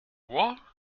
war